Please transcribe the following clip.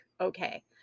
okay